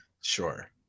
Sure